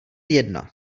jedna